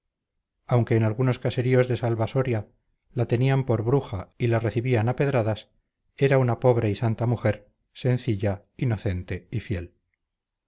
aunque en algunos caseríos de salvasoria la tenían por bruja y la recibían a pedradas era una pobre y santa mujer sencilla inocente y fiel